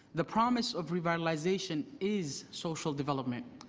the promise of revitalization is social development.